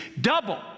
double